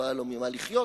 לא הכול הלך.